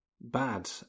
bad